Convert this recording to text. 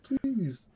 please